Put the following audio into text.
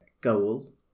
goal